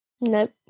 Nope